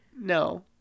No